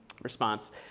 Response